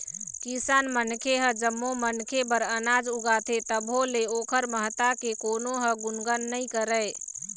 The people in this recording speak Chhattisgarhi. किसान मनखे ह जम्मो मनखे बर अनाज उगाथे तभो ले ओखर महत्ता के कोनो ह गुनगान नइ करय